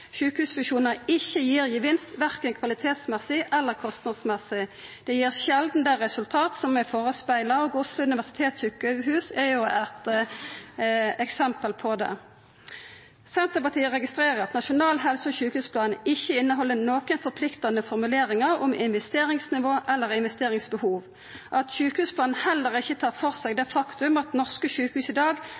ikkje gir vinst korkje når det gjeld kvalitet eller kostnad. Det gir sjeldan det resultatet som er førespegla, og Oslo universitetssjukehus er eit eksempel på det. Senterpartiet registrerer at Nasjonal helse- og sjukehusplan ikkje inneheld nokon forpliktande formuleringar om investeringsnivå eller investeringsbehov. At sjukehusplanen heller ikkje tar for seg at norske sjukehus i dag